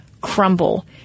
crumble